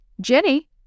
Jenny